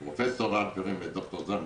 עם פרופ' הלפרין וד"ר זלמן.